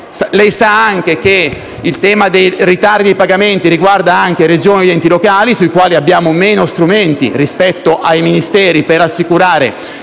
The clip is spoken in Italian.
Lei sa che il tema dei ritardi dei pagamenti riguarda anche Regioni ed enti locali nei confronti dei quali abbiamo meno strumenti rispetto ai Ministeri per assicurare